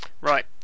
Right